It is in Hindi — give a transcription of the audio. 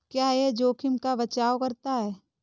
क्या यह जोखिम का बचाओ करता है?